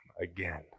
again